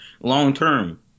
long-term